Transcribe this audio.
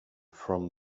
from